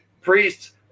priests